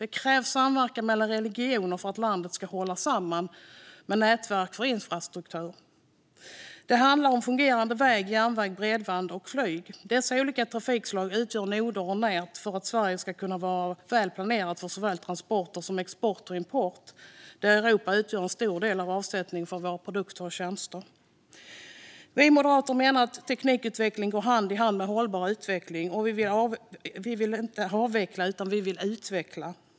Det krävs samverkan mellan regioner för att landet ska hålla samman med nätverk för infrastruktur. Det handlar om fungerande väg, järnväg, bredband och flyg. Dessa olika trafikslag utgör noder och nät för att Sverige ska kunna vara väl planerat för såväl transporter som export och import. Europa utgör en stor del av avsättningen för våra produkter och tjänster. Vi moderater menar att teknikutveckling går hand i hand med en hållbar utveckling. Vi vill inte avveckla utan utveckla.